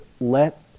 let